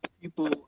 people